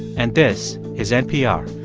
and this is npr